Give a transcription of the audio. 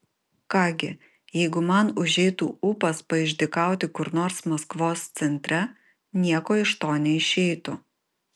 ką gi jeigu man užeitų ūpas paišdykauti kur nors maskvos centre nieko iš to neišeitų